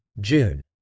June